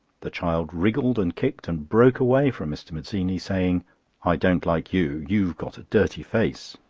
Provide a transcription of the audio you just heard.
the child wriggled and kicked and broke away from mr. mezzini, saying i don't like you you've got a dirty face.